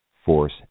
Force